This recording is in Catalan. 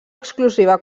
exclusiva